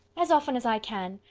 as often as i can.